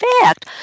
fact